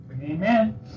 Amen